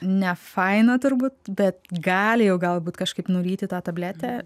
nefaina turbūt bet gali jau galbūt kažkaip nuryti tą tabletę